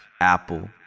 Apple